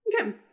Okay